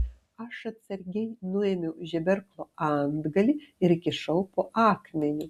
aš atsargiai nuėmiau žeberklo antgalį ir įkišau po akmeniu